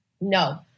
No